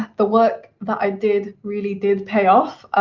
the work that i did really did pay off,